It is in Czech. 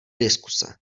diskuze